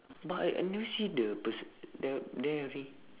but I I never see the person there there already